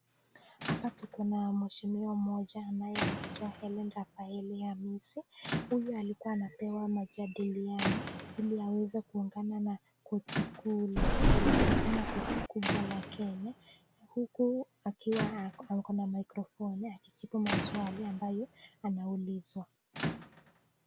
Hapa tuko na mheshimiwa mmoja anayeitwa Helene Rafaela Namisi. Huyu alikuwa anapewa majadiliano ili aweze kuungana na koti kuu la Kenya, ama koti kubwa la Kenya. Huku akiwa na microphone, akijibu maswali ambayo anaulizwa.